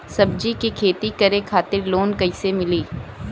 सब्जी के खेती करे खातिर लोन कइसे मिली?